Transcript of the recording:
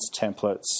templates